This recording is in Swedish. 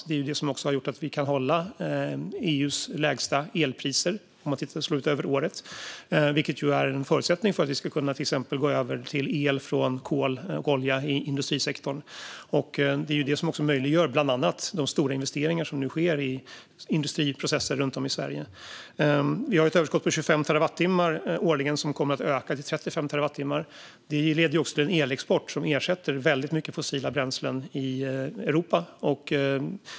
Det är det som har gjort att vi kan hålla EU:s lägsta elpriser, sett över året, vilket är en förutsättning för att vi till exempel ska kunna gå över från el från kol och olja i industrisektorn. Det är också detta som möjliggör bland annat de stora investeringar som nu sker i industriprocesser runt om i Sverige. Vi har ett överskott på 25 terawattimmar årligen, vilket kommer att öka till 35 terawattimmar. Detta leder också till en elexport, som ersätter väldigt mycket fossila bränslen i Europa.